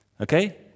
okay